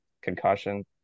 concussion